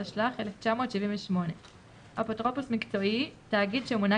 התשל"ח-1978; "אפוטרופוס מקצועי" תאגיד שמונה